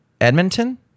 Edmonton